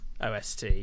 ost